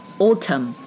autumn